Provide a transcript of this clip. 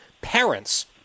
parents